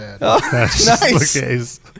Nice